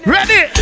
Ready